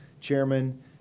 chairman